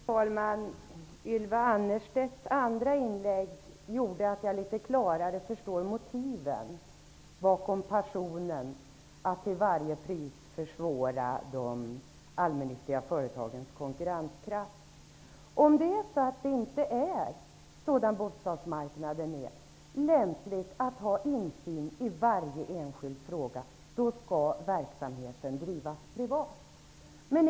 Herr talman! Ylva Annerstedts andra inlägg gjorde att jag litet klarare förstår motiven bakom passionen att till varje pris försvåra de allmännyttiga företagens konkurrenskraft. Om det inte är lämpligt, sådan bostadsmarknaden är, att ha insyn i varje enskild fråga, då skall verksamheten drivas privat.